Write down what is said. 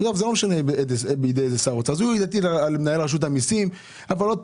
אז הוא יטיל אותן על מנהל רשות המיסים ואז שוב